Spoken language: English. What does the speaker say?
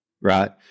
right